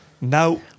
Now